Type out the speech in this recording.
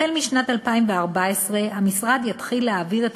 החל משנת 2014 המשרד יתחיל להעביר את